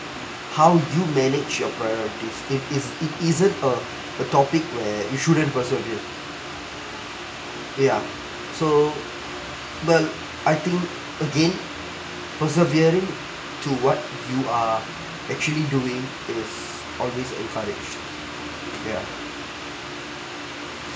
how you manage your priority it is it isn't a a topic where you shouldn't persevere ya so but I think again persevering to what you are actually doing is always encouraged ya